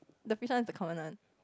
the fish one is the common one